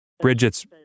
Bridget's